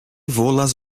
volas